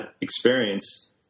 experience